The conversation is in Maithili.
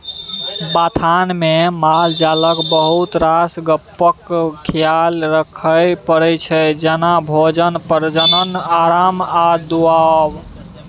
बथानमे मालजालक बहुत रास गप्पक खियाल राखय परै छै जेना भोजन, प्रजनन, आराम आ दुहब